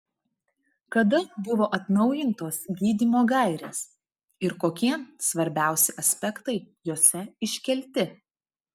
kada buvo atnaujintos gydymo gairės ir kokie svarbiausi aspektai jose iškelti